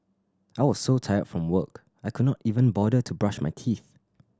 I was so tired from work I could not even bother to brush my teeth